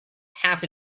half